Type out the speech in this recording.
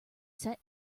set